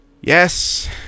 Yes